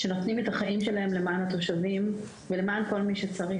שנותנים את החיים שלהם למען התושבים ולמען כל מי שצריך.